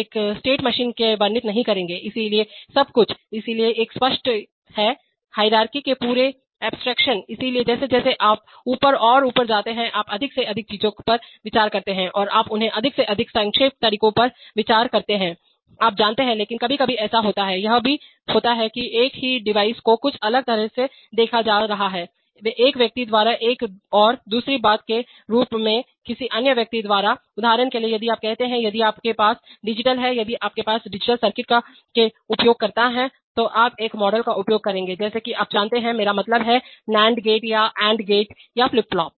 एक state machine का वर्णन नहीं करेंगे इसलिए सब कुछ इसलिए एक स्पष्ट है हाईरारकी के पूरे अब्स्ट्रक्शंसइसलिए जैसे जैसे आप ऊपर और ऊपर जाते हैं आप अधिक से अधिक चीजों पर विचार करते हैं और आप उन्हें अधिक से अधिक संक्षेप तरीकों पर विचार करते हैं आप जानते हैं लेकिन कभी कभी ऐसा होता है यह भी होता है कि एक ही डिवाइस को कुछ अलग तरह से देखा जा रहा है एक व्यक्ति द्वारा और दूसरी बात के रूप में किसी अन्य व्यक्ति द्वारा उदाहरण के लिए यदि आप कहते हैं यदि आपके पास डिजिटल है यदि आप एक डिजिटल सर्किट के उपयोगकर्ता हैं तो आप एक मॉडल का उपयोग करेंगे जैसे कि आप जानते हैं मेरा मतलब है नन्ड गेट या एंड गेट या फ्लिप फ्लॉप